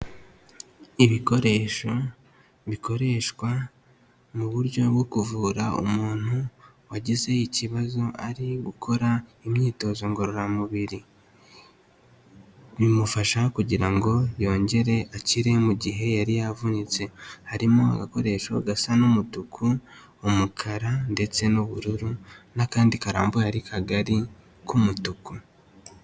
Ibikoresho bikoreshwa mu buryo bwo kuvura umuntu wagize ikibazo ari gukora imyitozo ngororamubiri bimufasha kugira ngo yongere akire mu gihe yari yavunitse harimo agakoresho gasa n'umutuku, umukara ndetse n'ubururu n'akandi karambuye ari kagari k'umutuku.